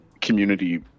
community